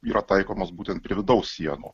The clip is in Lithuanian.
yra taikomos būtent prie vidaus sienų